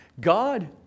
God